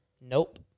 Nope